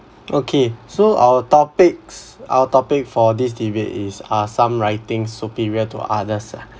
okay so our topics our topic for this debate is are some writings superior to others